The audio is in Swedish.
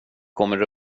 kommer